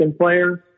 players